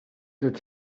that